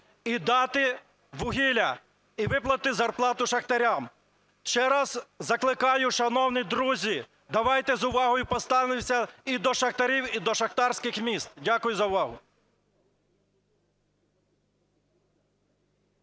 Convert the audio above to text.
і дати вугілля, і виплатити зарплату шахтарям. Ще раз закликаю, шановні друзі, давайте з увагою поставимося і до шахтарів, і до шахтарських міст. Дякую за увагу.